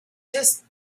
just